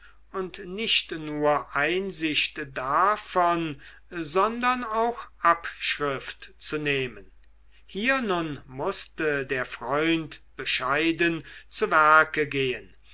und nicht nur einsicht davon sondern auch abschrift zu nehmen hier nun mußte der freund bescheiden zu werke gehen